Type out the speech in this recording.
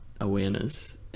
awareness